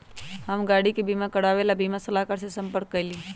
हम गाड़ी के बीमा करवावे ला बीमा सलाहकर से संपर्क कइली